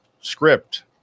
script